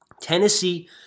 Tennessee